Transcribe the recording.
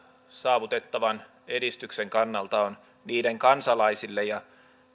saavutettavan edistyksen kannalta on niiden kansalaisille ja